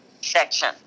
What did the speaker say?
section